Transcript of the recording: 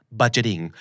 budgeting